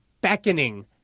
beckoning